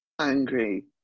angry